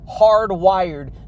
hardwired